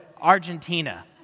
Argentina